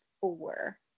four